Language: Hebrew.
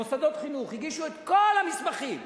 מוסדות חינוך הגישו את כל המסמכים,